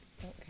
Okay